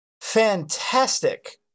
fantastic